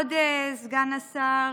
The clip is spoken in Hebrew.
כבוד סגן השר,